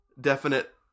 definite